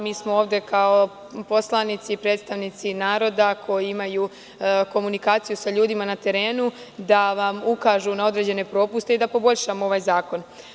Mi smo ovde kao poslanici, predstavnici naroda, koji imaju komunikaciju sa ljudima na terenu, da vam ukažemo na određene propuste i da poboljšamo ovaj zakon.